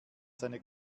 seine